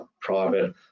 private